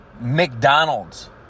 McDonald's